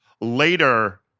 Later